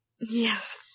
Yes